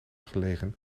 gelegen